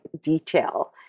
detail